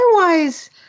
otherwise